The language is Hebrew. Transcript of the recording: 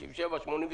67, 82,